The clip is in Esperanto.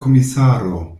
komisaro